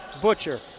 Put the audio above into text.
Butcher